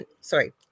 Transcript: Sorry